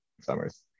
summers